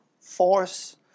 force